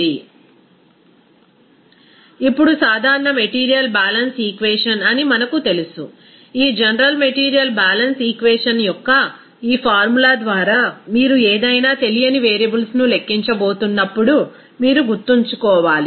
refer slide టైం0117 ఇప్పుడు సాధారణ మెటీరియల్ బ్యాలెన్స్ ఈక్వేషన్ అని మనకు తెలుసు ఈ జనరల్ మెటీరియల్ బాలన్స్ ఈక్వేషన్ యొక్క ఈ ఫార్ములా ద్వారా మీరు ఏదైనా తెలియని వేరియబుల్స్ను లెక్కించబోతున్నప్పుడు మీరు గుర్తుంచుకోవాలి